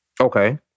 okay